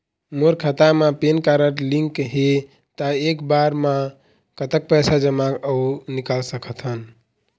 मोर खाता मा PAN card link हे ता एक बार मा कतक पैसा जमा अऊ निकाल सकथन?